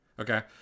Okay